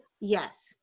yes